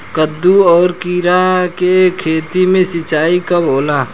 कदु और किरा के खेती में सिंचाई कब होला?